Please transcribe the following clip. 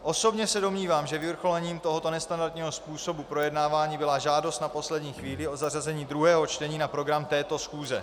Osobně se domnívám, že vyvrcholením tohoto nestandardního způsobu projednávání byla žádost na poslední chvíli o zařazení druhého čtení na program této schůze.